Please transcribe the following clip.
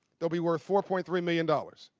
he'll be worth four point three million dollars.